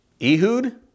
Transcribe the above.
Ehud